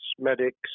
medics